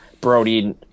Brody